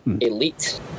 elite